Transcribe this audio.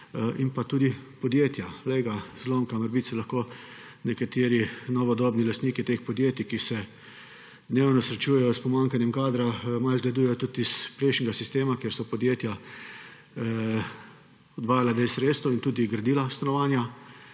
in tudi podjetja. Glej ga zlomka, morebiti se lahko nekateri novodobni lastniki podjetij, ki se dnevno srečujejo s pomanjkanjem kadra, malo zgledujejo tudi po prejšnjem sistemu, kjer so podjetja odvajala del sredstev in tudi gradila stanovanja